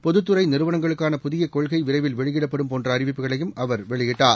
பொதத்துறை நிறுவனங்களுக்கான புதிய கொள்கை விரைவில் வெளியிடப்படும் போன்ற அறிவிப்புகளை அவர் வெளியிட்டார்